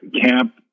camp